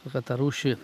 va kad tą rūšį